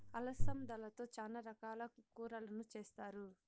అలసందలతో చానా రకాల కూరలను చేస్తారు